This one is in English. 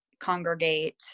congregate